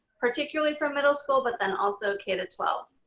particularly for middle school, but then also k to twelve.